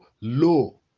low